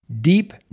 Deep